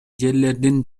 жерлердин